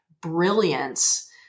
brilliance